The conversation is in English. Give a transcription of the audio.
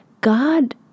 God